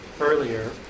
earlier